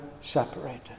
separated